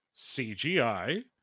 cgi